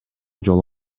жолу